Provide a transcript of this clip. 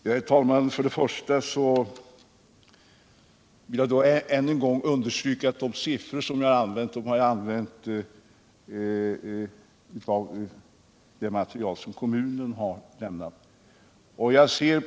Herr talman! Jag vill ännu en gång understryka att jag använt det siffermaterial som kommunen har lämnat.